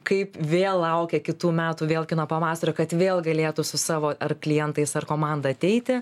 kaip vėl laukia kitų metų vėl kino pavasario kad vėl galėtų su savo ar klientais ar komanda ateiti